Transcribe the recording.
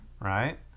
Right